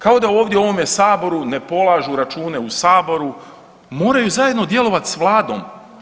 Kao da ovdje u ovome Saboru ne polažu račune u Saboru, moraju zajedno djelovati s Vladom.